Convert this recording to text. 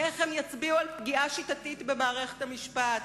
איך הם יצביעו על פגיעה שיטתית במערכת המשפט?